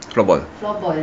floorball